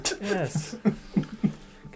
Yes